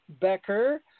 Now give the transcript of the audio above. Becker